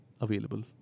available